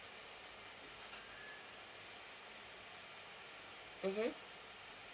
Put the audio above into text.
mmhmm